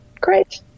Great